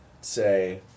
say